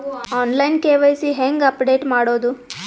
On line KYC ಹೇಂಗ update ಮಾಡೋದು?